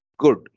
good